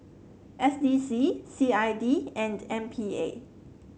S D C C I D and M P A